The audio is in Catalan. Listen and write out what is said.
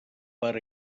per